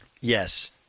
Yes